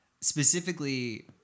specifically